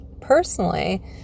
personally